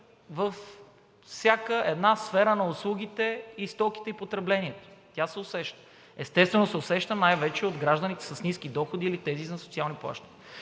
във всяка една сфера на услугите, стоките и потреблението – тя се усеща. Естествено се усеща най-вече от гражданите с ниски доходи или тези на социални плащания.